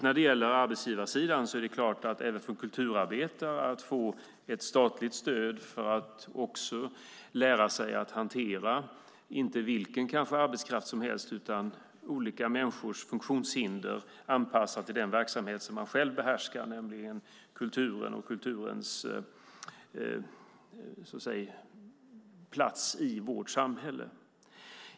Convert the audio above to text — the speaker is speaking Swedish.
När det gäller arbetsgivarsidan är det naturligtvis viktigt även för kulturarbetare att få ett statligt stöd för att lära sig att hantera inte vilken arbetskraft som helst utan människor med olika funktionshinder. Det måste anpassas till den verksamhet som de behärskar, nämligen kulturen och kulturens plats i vårt samhälle.